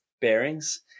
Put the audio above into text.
bearings